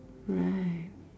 right